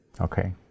Okay